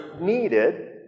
needed